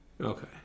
Okay